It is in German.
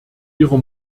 ihrer